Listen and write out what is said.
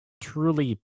truly